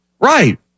right